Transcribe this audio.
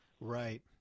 Right